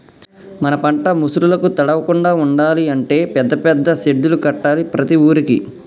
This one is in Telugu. మన పంట ముసురులకు తడవకుండా ఉండాలి అంటే పెద్ద పెద్ద సెడ్డులు కట్టాలి ప్రతి ఊరుకి